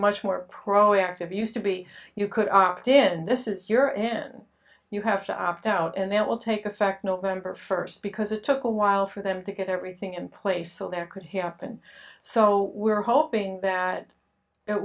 much more proactive used to be you could opt in this is your end you have to opt out and that will take effect november first because it took a while for them to get everything in place so there could happen so we are hoping that it